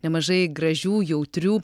nemažai gražių jautrių